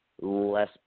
less